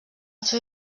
seu